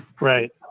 right